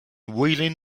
wheeling